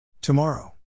Tomorrow